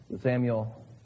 Samuel